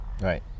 Right